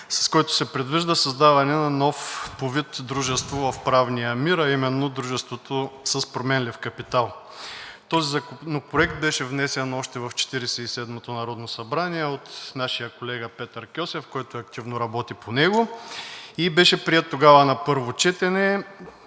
с който се предвижда създаване на ново по вид дружество в правния мир, а именно дружеството с променлив капитал. Този законопроект беше внесен още в Четиридесет и седмото народно събрание от нашия колега Петър Кьосев, който активно работи по него, и беше приет тогава на първо четене.